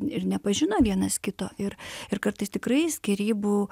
ir nepažino vienas kito ir ir kartais tikrai skyrybų